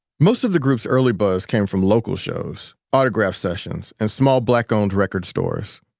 most of the group's early buzz came from local shows, autograph sessions and small, black-owned record stores.